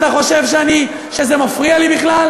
אתה חושב שזה מפריע לי בכלל?